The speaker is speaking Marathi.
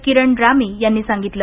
किरण रामी यांनी सांगितले